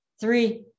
Three